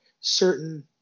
certain